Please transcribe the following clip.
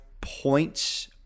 points